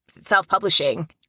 self-publishing